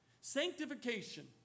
Sanctification